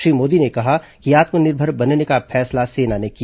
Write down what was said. श्री मोदी ने कहा कि आत्मनिर्भर बनने का फैसला सेना ने किया